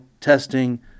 testing